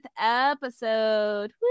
episode